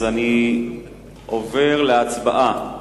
אני עובר להצבעה.